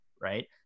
right